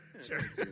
sure